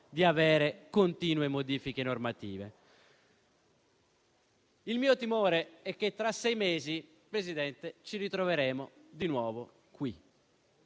di avere continue modifiche normative. Il mio timore è che tra sei mesi ci ritroveremo di nuovo qui.